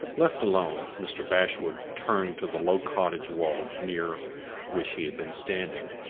left alone, mr. bashwood turned to the low cottage wall near which he had been standing,